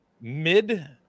mid